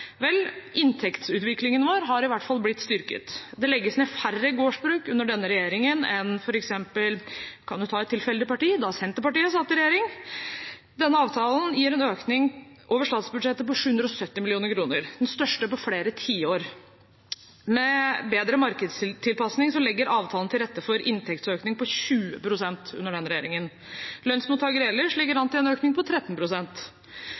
Vel, inntektsutviklingen vår har i hvert fall blitt styrket. Det legges ned færre gårdsbruk under denne regjeringen enn f.eks. – for å ta et tilfeldig parti – da Senterpartiet satt i regjering. Denne avtalen gir en økning over statsbudsjettet på 770 mill. kr., den største på flere tiår. Med bedre markedstilpasning legger avtalen til rette for en inntektsøkning på 20 pst. under denne regjeringen. Lønnsmottakere ellers ligger an